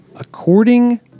According